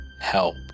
help